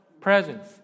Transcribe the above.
Presence